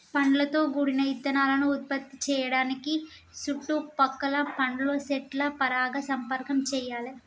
పండ్లతో గూడిన ఇత్తనాలను ఉత్పత్తి సేయడానికి సుట్టు పక్కల పండ్ల సెట్ల పరాగ సంపర్కం చెయ్యాలే